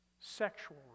sexual